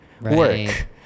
work